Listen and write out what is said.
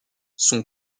son